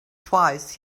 twice